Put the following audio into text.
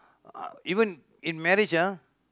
even in marriage ah